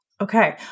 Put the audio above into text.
Okay